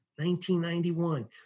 1991